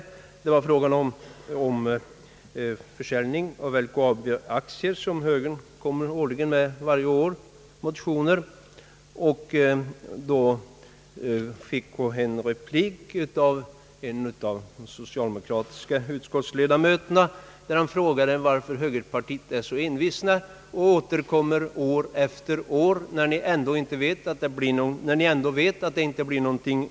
Diskussionen gällde frågan om en försäljning av LKAB-aktier, ett förslag som högern återkommer med varje år. En av de socialdemokratiska utskottsledamöterna frågade då varför högerpartiet så envetet återkommer år efter år med denna framstöt när partiet ändå vet att det inte blir något av förslaget.